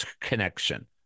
connection